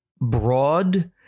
broad